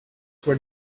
were